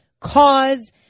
cause